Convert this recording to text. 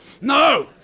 No